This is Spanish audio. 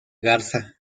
garza